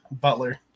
Butler